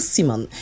Simon